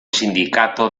sindicato